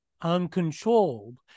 uncontrolled